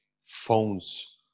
phones